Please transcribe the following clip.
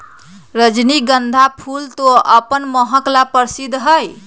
रजनीगंधा फूल तो अपन महक ला प्रसिद्ध हई